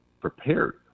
prepared